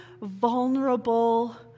vulnerable